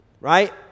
right